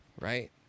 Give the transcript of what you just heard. right